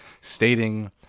stating